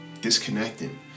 disconnecting